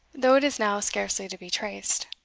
though it is now scarcely to be traced.